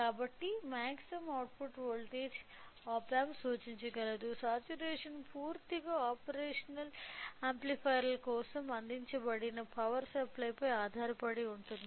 కాబట్టి maximum output voltage op amp సూచించగలదు saturation పూర్తిగా ఆపరేషనల్ యాంప్లిఫైయర్ల కోసం అందించబడిన పవర్ సప్లై పై ఆధారపడి ఉంటుంది